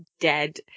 dead